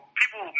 people